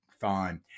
fine